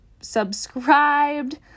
subscribed